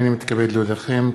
הנני מתכבד להודיעכם,